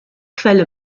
quelle